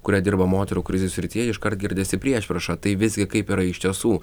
kurie dirba moterų krizių srityje iškart girdisi priešprieša tai visgi kaip yra iš tiesų